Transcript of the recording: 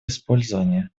использования